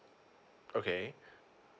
okay